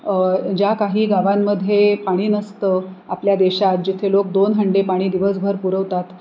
ज्या काही गावांमध्ये पाणी नसतं आपल्या देशात जिथे लोक दोन हंडे पाणी दिवसभर पुरवतात